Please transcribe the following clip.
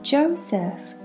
Joseph